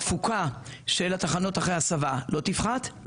התפוקה של התחנות אחרי ההסבה לא תפחת,